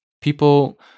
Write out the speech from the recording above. people